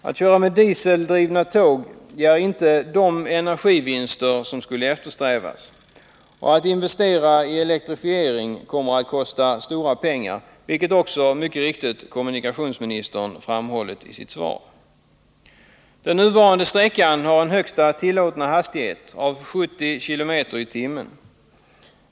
Att köra med dieseldrivna tåg ger inte de energivinster som eftersträvas. Att investera i elektrifiering kommer att kosta stora pengar, vilket kommunikationsministern också mycket riktigt framhållit i sitt svar. Den nuvarande sträckan har en högsta tillåtna hastighet av 70 km/tim.